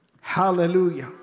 hallelujah